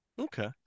Okay